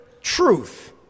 truth